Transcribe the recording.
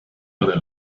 other